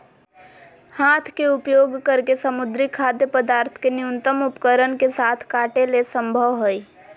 हाथ के उपयोग करके समुद्री खाद्य पदार्थ के न्यूनतम उपकरण के साथ काटे ले संभव हइ